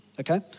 Okay